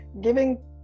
giving